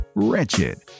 wretched